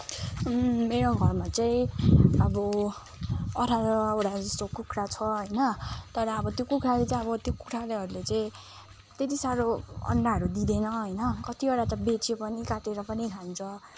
मेरो घरमा चाहिँ अब अठारवटा जस्तो कुखुरा छ होइन तर अब त्यो कुखुराले चाहिँ अब त्यो कुखुराहरूले चाहिँ त्यति साह्रो अन्डाहरू दिँदैन होइन कतिवटा त बेच्यो पनि काटेर पनि खान्छ